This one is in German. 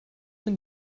denn